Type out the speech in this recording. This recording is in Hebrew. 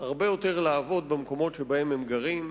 הרבה יותר לעבוד במקומות שבהם הם גרים,